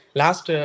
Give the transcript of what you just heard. last